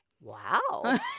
Wow